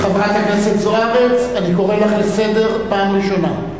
חברת הכנסת זוארץ, אני קורא אותך לסדר פעם ראשונה.